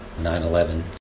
9-11